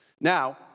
Now